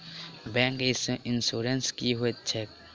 Bank insurance की होइत छैक?